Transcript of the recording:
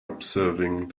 observing